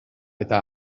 eta